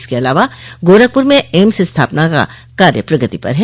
इसके अलावा गोरखपुर में एम्स स्थापना का कार्य प्रगति पर है